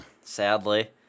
Sadly